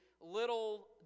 little